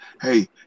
Hey